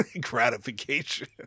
gratification